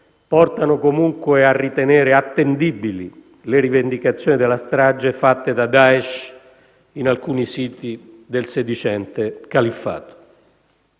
portano comunque a ritenere attendibili le rivendicazioni della strage fatte da Daesh in alcuni siti del sedicente Califfato.